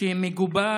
שמגובה